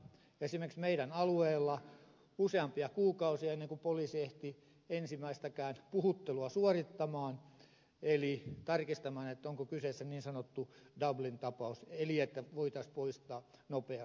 esimerkiksi meidän alueellamme meni useampia kuukausia ennen kuin poliisi ehti ensimmäistäkään puhuttelua suorittamaan eli tarkistamaan onko kyseessä niin sanottu dublin tapaus eli että voitaisiin poistaa nopeammin